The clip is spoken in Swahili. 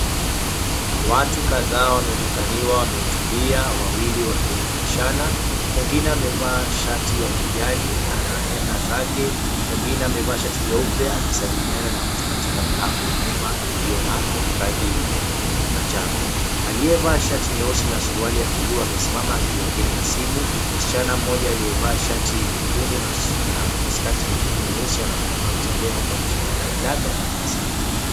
Watu kadhaa wameonekaniwa wametulia wawili wakiongeleshana. Mwingine amevaa shati ya kijani anaenda zake, mwingine amevaa shati jeupe akisalimiana na mtu katika mlango wa nyumba ilio na rangi manjano. Aliyevaa shati nyeusi na suruali ya buluu amesimama akiongea na simu, msichana mmoja aliyevaa shati nyekundu na skati nyeusi anaonekaniwa akitembea huku akishikilia bagi lake na karatasi nyeupe.